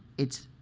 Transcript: it's